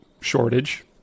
shortage